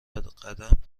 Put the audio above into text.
بقدم